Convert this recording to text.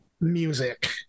music